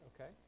okay